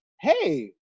hey